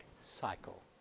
cycle